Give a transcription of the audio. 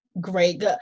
Great